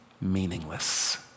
meaningless